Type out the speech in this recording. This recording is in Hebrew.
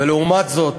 ולעומת זאת